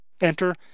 enter